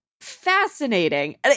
Fascinating